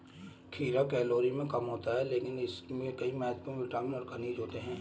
खीरा कैलोरी में कम होता है लेकिन इसमें कई महत्वपूर्ण विटामिन और खनिज होते हैं